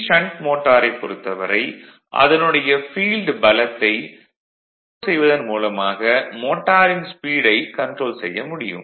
shunt மோட்டாரைப் பொறுத்தவரை அதனுடைய ஃபீல்டு பலத்தை கன்ட்ரோல் செய்வதன் மூலமாக மோட்டாரின் ஸ்பீடைக் கன்ட்ரோல் செய்ய முடியும்